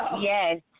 Yes